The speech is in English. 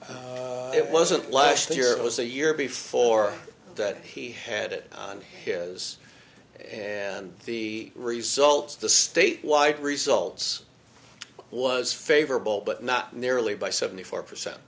joyous it wasn't last year it was a year before that he had it on his and the results of the statewide results was favorable but not nearly by seventy four percent